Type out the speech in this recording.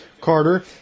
Carter